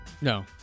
No